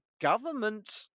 government